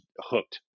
hooked